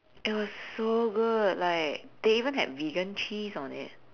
it was so good like they even had vegan cheese on it